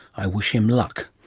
i wish him luck.